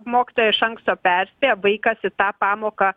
mokytoja iš anksto perspėja vaikas į tą pamoką